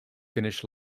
finished